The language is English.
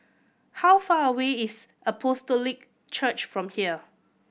how far away is Apostolic Church from here